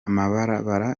amabarabara